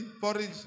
porridge